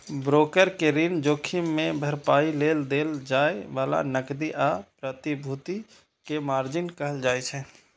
broker कें ऋण जोखिम के भरपाइ लेल देल जाए बला नकदी या प्रतिभूति कें मार्जिन कहल जाइ छै